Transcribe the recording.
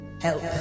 help